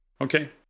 Okay